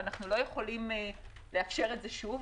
אנחנו לא יכולים לאפשר את זה שוב,